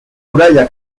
muralla